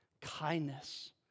kindness